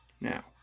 Now